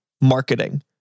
marketing